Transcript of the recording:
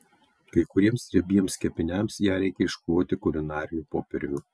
kai kuriems riebiems kepiniams ją reikia iškloti kulinariniu popieriumi